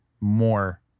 more